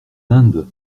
land